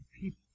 people